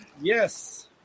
Yes